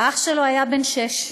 האח שלו היה בן שש.